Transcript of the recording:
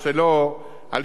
על שוויון הוא ודאי דיבר.